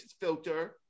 filter